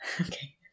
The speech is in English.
Okay